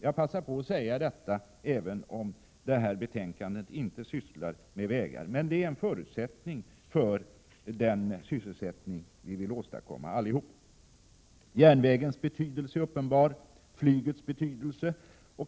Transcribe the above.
Jag passar på att säga detta, även om det här betänkandet inte sysslar med vägar, men det är en förutsättning för den sysselsättning vi allihop vill åstadkomma. Järnvägens betydelse är uppenbar, likaså flygets.